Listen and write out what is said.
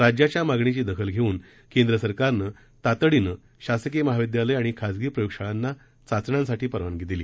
राज्याच्या मागणीची दखल घेऊन केंद्र सरकारनं तातडीनं शासकीय महाविद्यालय आणि खासगी प्रयोगशाळांना चाचण्यांसाठी परवानगी देण्यात आली